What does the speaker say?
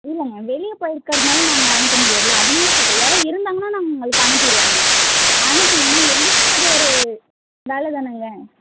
இல்லைங்க வெளியே போயிருக்கிறதுனால நாங்கள் அனுப்ப முடியாதுல்லை அதனால சொல்கிறேன் யாராது இருந்தாங்கன்னால் நாங்கள் உங்களுக்கு அனுப்பிடுவோங்க அனுப்பு எங்களுக்கும் அது ஒரு வேலை தானேங்க